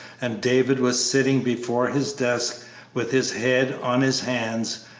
and david was sitting before his desk with his head on his hands,